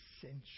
essential